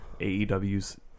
AEW's